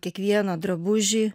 kiekvieną drabužį